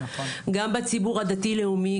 גם בציבור הדתי-לאומי,